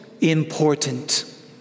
important